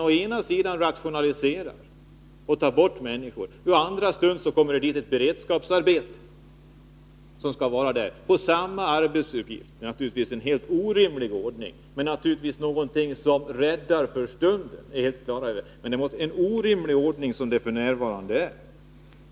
Å ena sidan rationaliserar man och tar bort människor, å andra sidan kommer det dit ett beredskapsarbete för samma arbetsuppgift. Det är naturligtvis någonting som räddar för stunden, det är vi helt på det klara med. Men det är en orimlig ordning som det f. n. är.